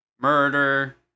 murder